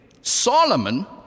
Solomon